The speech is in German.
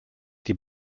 die